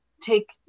take